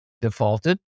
defaulted